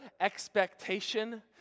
expectation